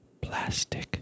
plastic